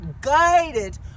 guided